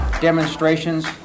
demonstrations